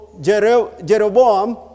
Jeroboam